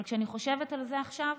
אבל כשאני חושבת על זה עכשיו,